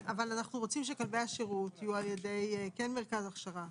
אבל אנחנו רוצים שכלבי השירות כן יוכשרו על ידי מרכז הכשרה.